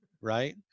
right